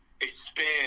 expand